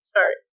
Sorry